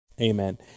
Amen